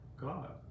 God